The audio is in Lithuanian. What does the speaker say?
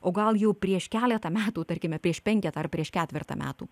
o gal jau prieš keletą metų tarkime prieš penketą ar prieš ketvertą metų